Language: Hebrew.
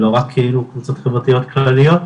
לא רק כאילו קבוצות חברתיות כלליות,